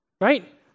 Right